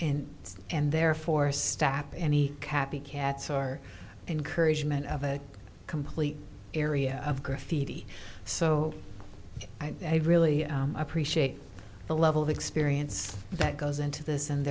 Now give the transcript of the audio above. in and therefore stapp any cappie cats or encouragement of a complete area of graffiti so i really appreciate the level of experience that goes into this and